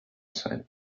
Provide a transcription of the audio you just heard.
sein